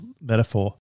metaphor